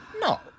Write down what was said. No